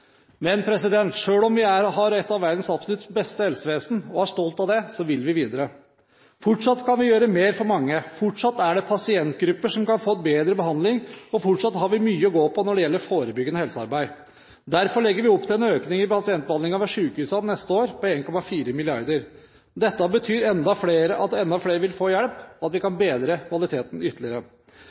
Men selv om vi har et av verdens absolutt beste helsevesen, og er stolt av det, så vil vi videre. Fortsatt kan vi gjøre mer for mange, fortsatt er det pasientgrupper som kan få bedre behandling, og fortsatt har vi mye å gå på når det gjelder forebyggende helsearbeid. Derfor legger vi opp til en økning i pasientbehandlingen ved sykehusene til neste år på 1,4 mrd. kr. Dette betyr at enda flere vil få hjelp, og at vi kan bedre kvaliteten ytterligere.